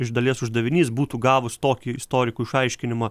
iš dalies uždavinys būtų gavus tokį istorikų išaiškinimą